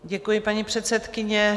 Děkuji, paní předsedkyně.